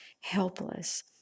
helpless